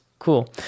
Cool